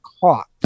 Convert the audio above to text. caught